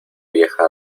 vieja